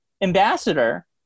ambassador